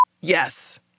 yes